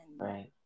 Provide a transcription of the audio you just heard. Right